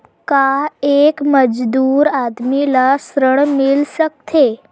का एक मजदूर आदमी ल ऋण मिल सकथे?